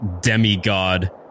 demigod